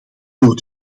door